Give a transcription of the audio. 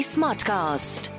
Smartcast